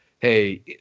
hey